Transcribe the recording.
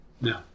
No